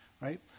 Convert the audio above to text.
right